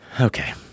Okay